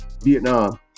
Vietnam